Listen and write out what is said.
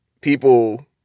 People